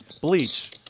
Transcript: Bleach